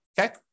okay